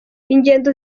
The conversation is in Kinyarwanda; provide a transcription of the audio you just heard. ingendo